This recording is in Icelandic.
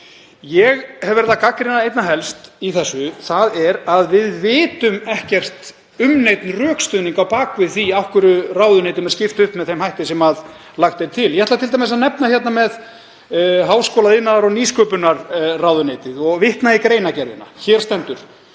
ég hef verið að gagnrýna einna helst í þessu er að við vitum ekkert um neinn rökstuðning að baki því að ráðuneytum er skipt upp með þeim hætti sem lagt er til. Ég ætla t.d. að nefna hérna með háskóla-, iðnaðar- og nýsköpunarráðuneytið og vitna í greinargerðina. Hér stendur,